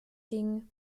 gingen